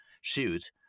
shoot